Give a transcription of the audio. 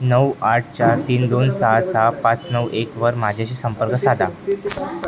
नऊ आठ चार तीन दोन सहा सहा पाच नऊ एकवर माझ्याशी संपर्क साधा